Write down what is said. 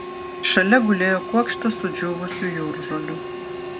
šalia gulėjo kuokštas sudžiūvusių jūržolių